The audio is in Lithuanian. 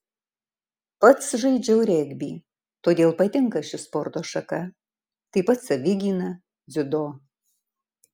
pats žaidžiau regbį todėl patinka ši sporto šaka taip pat savigyna dziudo